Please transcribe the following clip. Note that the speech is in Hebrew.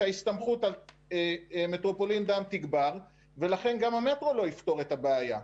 שההסתמכות על מטרופולין דן תגבר ולכן גם המטרו לא יפתור את הבעיה.